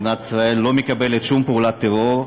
מדינת ישראל לא מקבלת שום פעולת טרור,